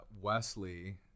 Wesley